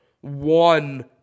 one